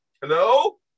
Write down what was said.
Hello